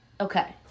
Okay